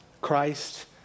Christ